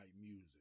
music